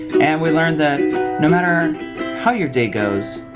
and we learned that no matter how your day goes,